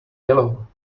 yellow